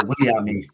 William